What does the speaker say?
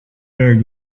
other